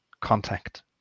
contact